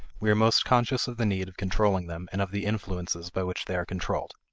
we are most conscious of the need of controlling them and of the influences by which they are controlled.